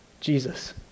Jesus